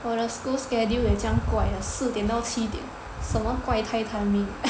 我的 school schedule 也这样怪的四点到七点什么怪胎 timing